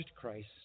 Christ